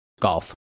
Golf